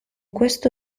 questo